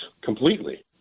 completely